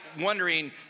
wondering